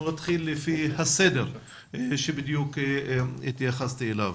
אנחנו נתחיל לפי הסדר שבדיוק התייחסתי אליו.